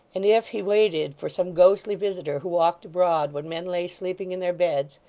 and if he waited for some ghostly visitor who walked abroad when men lay sleeping in their beds,